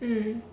mm